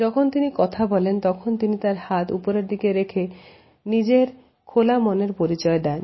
যখন তিনি কথা বলেন তখন তিনি তাঁর হাত উপরের দিক রেখে নিজের খোলা মনের পরিচয় দেন